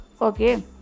Okay